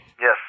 Yes